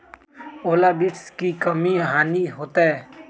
ओलावृष्टि से की की हानि होतै?